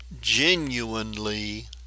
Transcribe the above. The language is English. genuinely